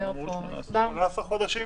18 חודשים.